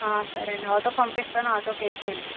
సరే అండి ఆటో పంపిస్తాను ఆటోకి వేసేయండి